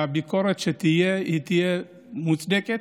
הביקורת שתהיה, תהיה מוצדקת,